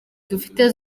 dufite